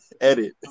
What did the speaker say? Edit